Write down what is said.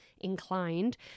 inclined